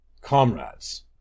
Comrades